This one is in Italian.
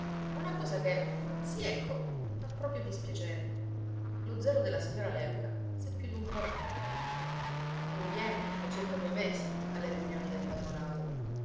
una cosa che sì ecco fa proprio dispiacere lo zelo della signora léuca s'è più d'un po raffreddato non viene da circa due mesi alle riunioni del patronato